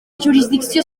jurisdicció